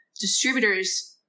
distributors